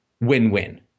win-win